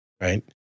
Right